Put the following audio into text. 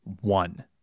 one